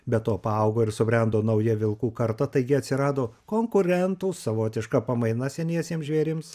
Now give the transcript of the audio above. be to paaugo ir subrendo nauja vilkų karta taigi atsirado konkurentų savotiška pamaina seniesiems žvėrims